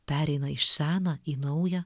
pereina iš sena į nauja